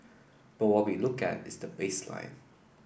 but what we look at is the baseline